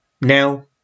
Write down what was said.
now